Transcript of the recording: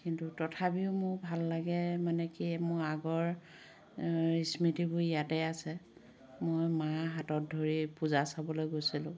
কিন্তু তথাপিও মোৰ ভাল লাগে মানে কি মোৰ আগৰ স্মৃতিবোৰ ইয়াতে আছে মই মা হাতত ধৰি পূজা চাবলৈ গৈছিলোঁ